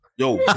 Yo